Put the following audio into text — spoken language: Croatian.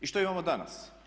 I što imamo danas?